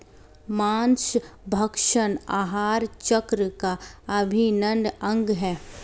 माँसभक्षण आहार चक्र का अभिन्न अंग है